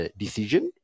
decision